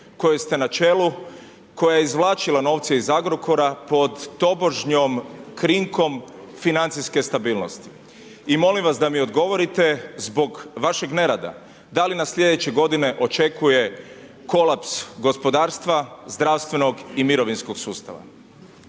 koje ste na čelu, koja je izvlačila novce iz Agrokora pod tobožnjom krinkom financijske stabilnosti? I molim vas da mi odgovorite zbog vašeg nerada da li nas sljedeće godine očekuje kolaps gospodarstva, zdravstvenog i mirovinskog sustava?